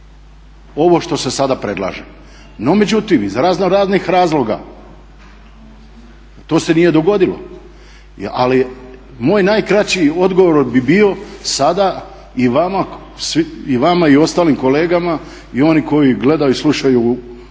ovo što se sada predlaže, no međutim iz raznoraznih razloga to se nije dogodilo. Ali moj najkraći odgovor bi bio sada i vama i ostalim kolegama i oni koji gledaju i slušaju sjednicu